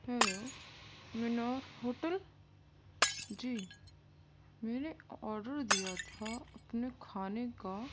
hello hotel جی میں نے آڈر دیا تھا اپنے کھانے کا